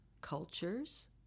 cultures